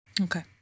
Okay